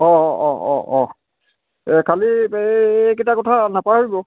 অঁ অঁ অঁ অঁ অঁ এই খালি এইকেইটা কথা নাপাহৰিব